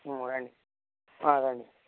రండి ఆ రండి